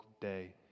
day